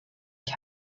ich